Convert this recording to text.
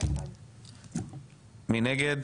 מי נגד?